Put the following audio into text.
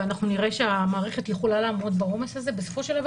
ונראה שהמערכת יכולה לעמוד בעומס הזה בסופו של דבר